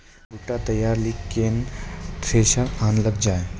बूटा तैयारी ली केन थ्रेसर आनलऽ जाए?